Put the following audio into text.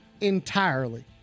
entirely